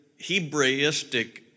Hebraistic